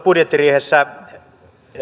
budjettiriihessä